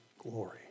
glory